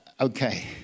okay